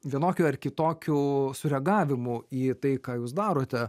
vienokiu ar kitokiu reagavimu į tai ką jūs darote